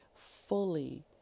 fully